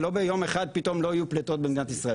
זה לא שביום אחד פתאום לא יהיו פליטת במדינת ישראל,